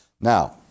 Now